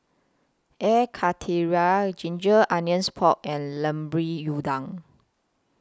Air Karthira Ginger Onions Pork and Udang